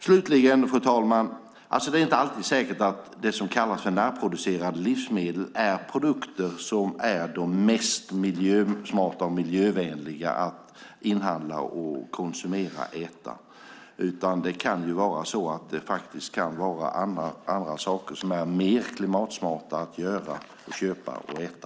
Slutligen: Det är inte alltid säkert att det som kallas för närproducerade livsmedel också är de produkter som är de mest miljösmarta och miljövänliga, utan det kan faktiskt finnas andra saker som är mer klimatsmarta att köpa och äta.